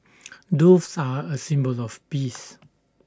doves are A symbol of peace